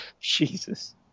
Jesus